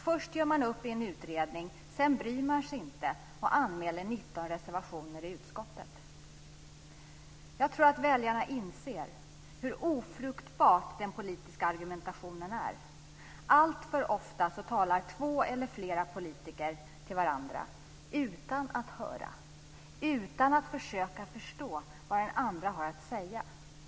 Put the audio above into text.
Först gör man upp i en utredning, sedan bryr man sig inte om detta och anmäler 19 Jag tror att väljarna inser hur ofruktbar den politiska argumentationen är. Alltför ofta talar två eller flera politiker till varandra utan att höra, utan att försöka förstå vad den andre har att säga.